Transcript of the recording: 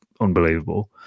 unbelievable